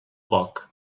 poc